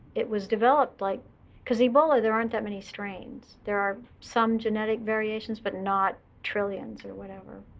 it was developed like because ebola, there aren't that many strains. there are some genetic variations, but not trillions or whatever.